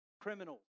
criminals